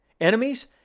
Enemies